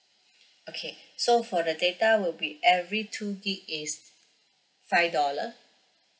okay so for the data will be every two gig is five dollar